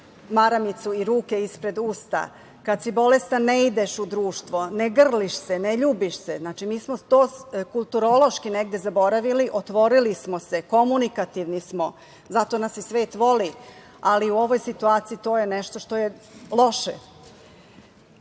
maramicu i ruke ispred usta, kad si bolestan ne ideš u društvo, ne grliš se, ne ljubiš se. Znači, mi smo to kulturološki negde zaboravili, otvorili smo se, komunikativni smo, zato nas i svet voli, ali u ovoj situaciji to je nešto što je loše. Što